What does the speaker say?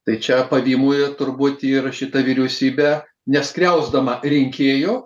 tai čia pavymui ir turbūt įrašyta vyriausybė neskriausdama rinkėjo